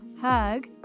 hug